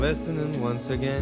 esene sage